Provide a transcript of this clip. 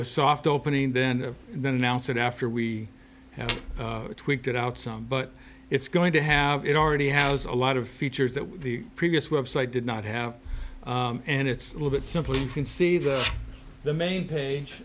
a soft opening then and then announce it after we have tweaked it out some but it's going to have it already has a lot of features that the previous website did not have and it's a little bit simpler you can see the the main page